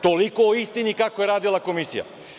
Toliko o istini kako je radila Komisija.